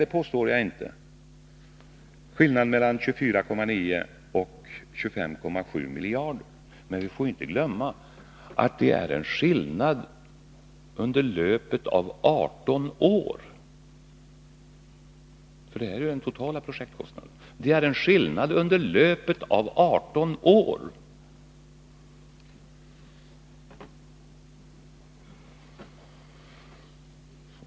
Jag påstår inte att skillnaden mellan 24,9 och 25,7 miljarder är negligerbar, men vi får inte glömma att den skillnaden kan slås ut på en tid av 18 år — det är ju den totala projektkostnaden det gäller.